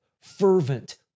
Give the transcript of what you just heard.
fervent